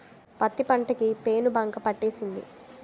పత్తి పంట కి పేనుబంక పట్టేసింది